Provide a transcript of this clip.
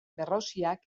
berroziak